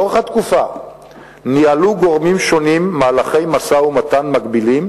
לאורך התקופה ניהלו גורמים שונים מהלכי משא-ומתן מקבילים,